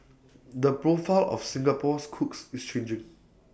the profile of Singapore's cooks is changing